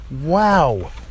Wow